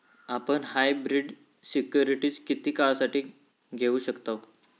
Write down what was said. आपण hybrid securities किती काळासाठी घेऊ शकतव